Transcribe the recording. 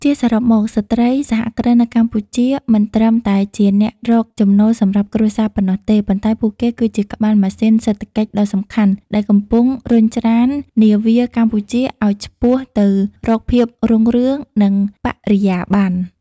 ជាសរុបមក ស្ត្រីសហគ្រិននៅកម្ពុជាមិនត្រឹមតែជាអ្នករកចំណូលសម្រាប់គ្រួសារប៉ុណ្ណោះទេ ប៉ុន្តែពួកគេគឺជាក្បាលម៉ាស៊ីនសេដ្ឋកិច្ចដ៏សំខាន់ដែលកំពុងរុញច្រាននាវាកម្ពុជាឱ្យឆ្ពោះទៅរកភាពរុងរឿង និងបរិយាបន្ន។